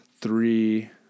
three